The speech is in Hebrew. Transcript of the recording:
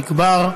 חיליק בר,